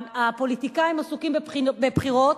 הפוליטיקאים עסוקים בבחירות,